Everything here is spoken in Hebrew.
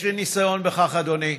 יש לי ניסיון בכך, אדוני.